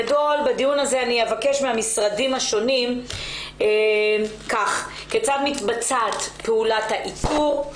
בדיון הזה אני אבקש מהמשרדים השונים כך: כיצד מתבצעת פעולת האיתור,